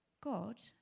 God